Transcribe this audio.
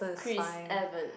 Chris Evan